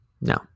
No